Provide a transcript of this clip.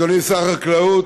אדוני שר החקלאות,